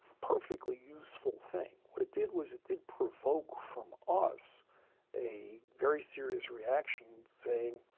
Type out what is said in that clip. perfectly useful thing. what it did was it did provoke from us a very serious reaction saying,